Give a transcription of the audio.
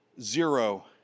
zero